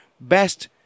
best